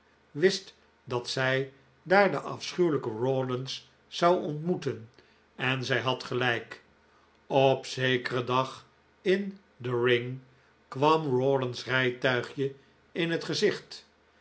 wist dat zij daar de afschuwelijke rawdons zou ontmoeten en zij had gelijk op zekeren dag in the ring kwam rawdon's rijtuigje in het gezicht